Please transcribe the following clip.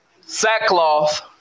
sackcloth